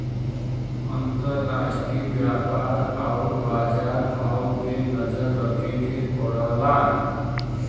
अंतराष्ट्रीय व्यापार आउर बाजार भाव पे नजर रखे के पड़ला